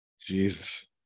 Jesus